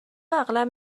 اغلب